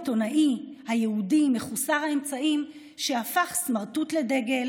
העיתונאי היהודי מחוסר האמצעים שהפך סמרטוט לדגל